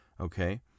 okay